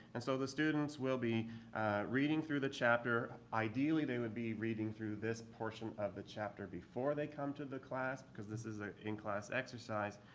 and so the students will be reading through the chapter. ideally they would be reading through this portion of the chapter before they come to the class because this is an ah in-class exercise.